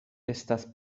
estas